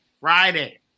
Friday